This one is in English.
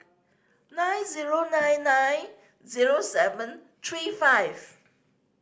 nine zero nine nine zero seven three five